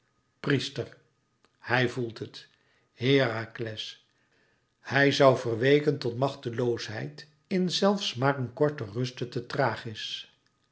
priester hij voelt het herakles hij zoû verweeken tot màchteloosheid in zelfs maar een korte ruste te thrachis